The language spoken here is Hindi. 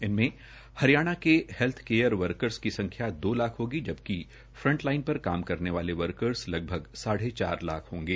इनमें हरियाणा के हेल्थ केयर वर्कर की संख्या दो लाख होगी जबकि फ्रंटलाइन पर काम करने वाले वर्कर्स लगभग साढ़े चार लाख होंगे